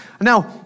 Now